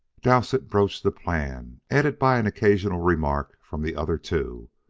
dowsett broached the plan, aided by an occasional remark from the other two,